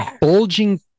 bulging